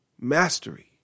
Mastery